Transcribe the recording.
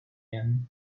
end